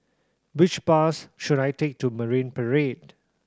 which bus should I take to Marine Parade